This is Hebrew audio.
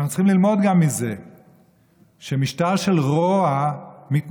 אנחנו גם צריכים ללמוד מזה שמשטר של רוע מתנכר